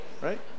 Right